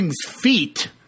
feet